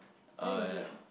where is it